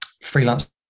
freelance